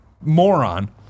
moron